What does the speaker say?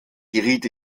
geriet